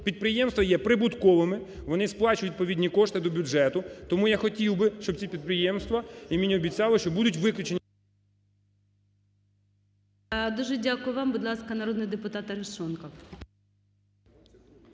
Підприємства є прибутковими, вони сплачують відповідні кошти до бюджету. Тому я хотів би, щоб ці підприємства, і мені обіцяли, що будуть виключені… ГОЛОВУЮЧИЙ. Дуже дякую вам. Будь ласка, народний депутат Арешонков.